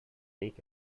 take